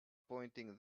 pointing